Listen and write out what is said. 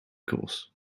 course